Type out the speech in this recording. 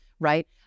Right